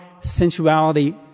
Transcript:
sensuality